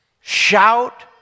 Shout